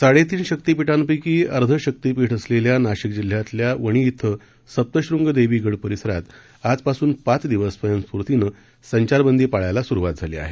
साडे तीन शक्ती पीठांपैकी अर्धे शक्तीपीठ असलेल्या नाशिक जिल्ह्यातल्या वणी क्रि सप्तशृंग देवी गड परिसरात आजपासून पाच दिवस स्वयंस्फूर्तीनं संचारबंदी पाळण्यास सुरुवात झाली आहे